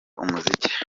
umuziki